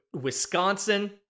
Wisconsin